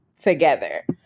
together